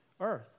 earth